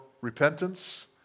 repentance